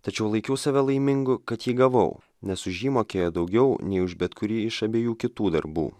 tačiau laikiau save laimingu kad jį gavau nes už jį mokėjo daugiau nei už bet kurį iš abiejų kitų darbų